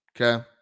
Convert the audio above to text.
Okay